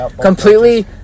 Completely